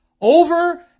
over